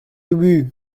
ubu